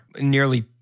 nearly